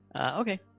Okay